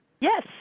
Yes